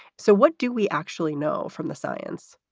so what do we actually know from the science?